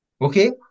Okay